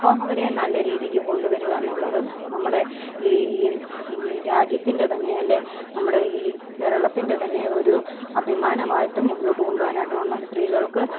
അപ്പോൾ അവർ നല്ല രീതിക്ക് കൊണ്ടുവരിക എന്നുള്ളത് നമ്മുടെ ഈ ഈ രാജ്യത്തിൻ്റെ തന്നെ അല്ലെങ്കിൽ നമ്മുടെ ഈ കേരളത്തിൻ്റെ തന്നെ ഒരു അഭിമാനമായിട്ട് മുന്നോട്ട് കൊണ്ടുപുവാനായിട്ടുമാണ് സ്ത്രീകൾക്ക്